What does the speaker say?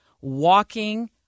walking